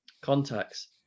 contacts